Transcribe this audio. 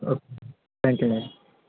okay thank you madam